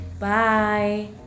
bye